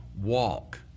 Walk